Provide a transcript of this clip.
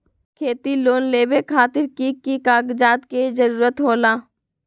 खेती लोन लेबे खातिर की की कागजात के जरूरत होला?